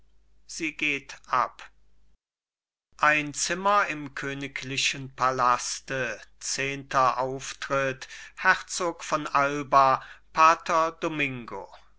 sie geht ab ein zimmer im königlichen palaste zehnter auftritt herzog von alba pater domingo